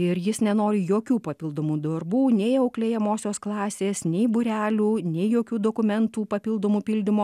ir jis nenori jokių papildomų darbų nei auklėjamosios klasės nei būrelių nei jokių dokumentų papildomų pildymo